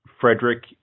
Frederick